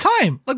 time